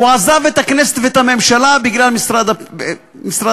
הוא עזב את הכנסת והממשלה בגלל משרד הפנים,